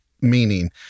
Meaning